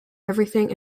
everything